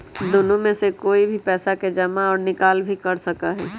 दुन्नो में से कोई भी पैसा के जमा और निकाल भी कर सका हई